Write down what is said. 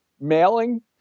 Mailing